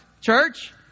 Church